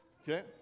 okay